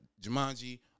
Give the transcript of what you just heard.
Jumanji